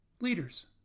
Leaders